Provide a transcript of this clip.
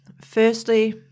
firstly